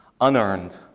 Unearned